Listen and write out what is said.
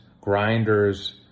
grinders